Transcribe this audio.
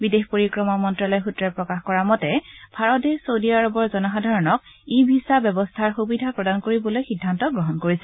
বিদেশ পৰিক্ৰমা মন্তালয়ৰ সূত্ৰই প্ৰকাশ কৰা মতে ভাৰতে চৌদি আৰবৰ জনসাধাৰণক ই ভিছা ব্যৱস্থাৰ সুবিধা প্ৰদান কৰিবলৈ সিদ্ধান্ত গ্ৰহণ কৰিছে